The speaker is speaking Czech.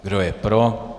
Kdo je pro?